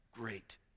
great